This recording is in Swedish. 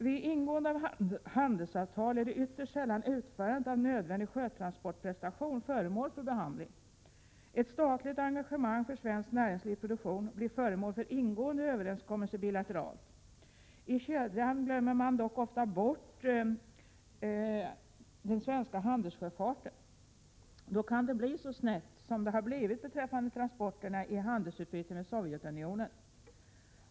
Vid ingående av handelsavtal är ytterst sällan utförandet av nödvändig sjötransportprestation föremål för behandling. Ett statligt engagemang för svenskt näringslivs produktion blir föremål för ingående överenskommelser bilateralt. I kedjan glömmer man mycket ofta bort den svenska handelssjöfarten. Då kan det bli så snett som det har blivit beträffande transporterna i handelsutbytet med Sovjetunionen.